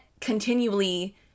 continually